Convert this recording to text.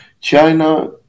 China